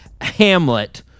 hamlet